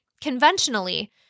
Conventionally